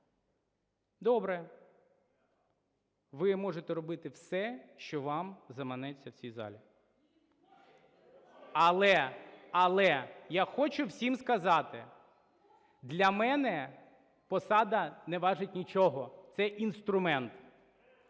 Добре, ви можете робити все, що вам заманеться в цій залі… (Шум у залі) Але я хочу всім сказати: для мене посада не важить нічого, це інструмент.